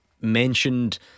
mentioned